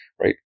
right